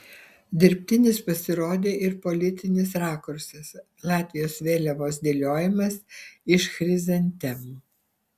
dirbtinis pasirodė ir politinis rakursas latvijos vėliavos dėliojimas iš chrizantemų